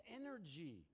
energy